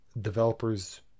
developers